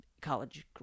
college